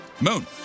Moon